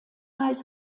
high